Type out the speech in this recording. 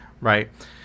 right